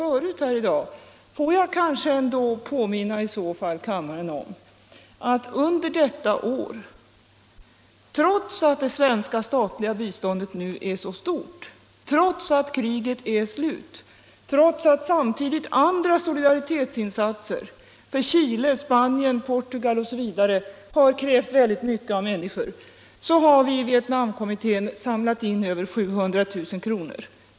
Låt mig i så fall påminna kammaren om att vi i Vietnamkommittén under detta år — trots att det statliga svenska biståndet nu är så stort, trots att kriget är slut och trots att samtidigt andra solidaritetsinsatser, för Chile, Spanien, Portugal osv., krävt mycket av människor — samlat in över 700 000 kr.